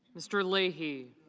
mr. lee he.